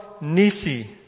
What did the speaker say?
Nisi